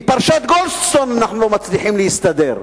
עם פרשת גולדסטון אנחנו לא מצליחים להסתדר.